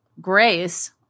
Grace